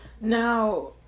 Now